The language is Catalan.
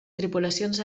tripulacions